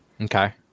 Okay